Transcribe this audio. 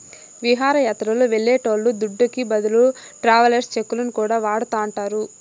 విహారయాత్రలు వెళ్లేటోళ్ల దుడ్డుకి బదులు ట్రావెలర్స్ చెక్కులను కూడా వాడతాండారు